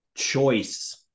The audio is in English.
choice